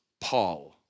Paul